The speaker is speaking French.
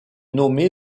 nommé